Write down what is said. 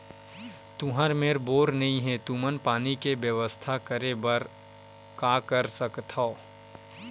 तुहर मेर बोर नइ हे तुमन पानी के बेवस्था करेबर का कर सकथव?